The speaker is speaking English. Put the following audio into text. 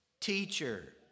Teacher